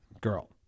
girl